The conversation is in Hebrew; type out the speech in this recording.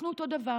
אנחנו אותו דבר.